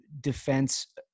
defense